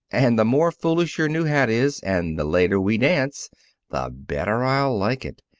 and the more foolish your new hat is and the later we dance the better i'll like it.